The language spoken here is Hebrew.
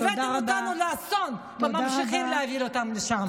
הבאתם אותנו לאסון וממשיכים להביא אותנו לשם.